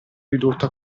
ridotto